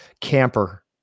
camper